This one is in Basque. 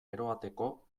eroateko